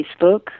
Facebook